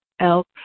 elk